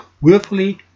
willfully